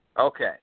Okay